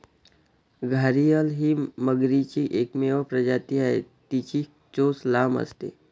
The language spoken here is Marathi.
घारीअल ही मगरीची एकमेव प्रजाती आहे, तिची चोच लांब असते